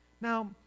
Now